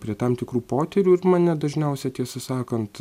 prie tam tikrų potyrių ir mane dažniausiai tiesą sakant